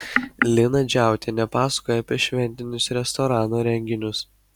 lina džiautienė pasakoja apie šventinius restorano renginius